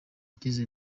nshyize